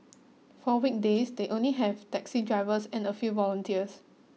for weekdays they only have taxi drivers and a few volunteers